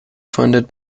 funded